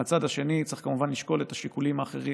מהצד השני צריך כמובן לשקול את השיקולים האחרים,